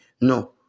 No